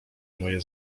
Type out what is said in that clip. moje